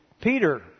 Peter